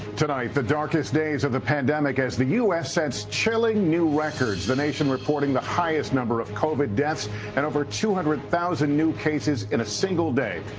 tonight the darkest days of the pandemic as the u s. sets chilling new records. the nation reporting the highest number of covid deaths and over two hundred thousand new cases in a single day.